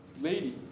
lady